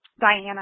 Diana